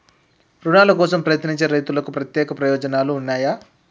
రుణాల కోసం ప్రయత్నించే రైతులకు ప్రత్యేక ప్రయోజనాలు ఉన్నయా?